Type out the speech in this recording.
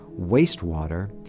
wastewater